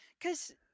Cause